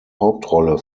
hauptrolle